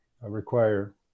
require